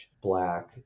Black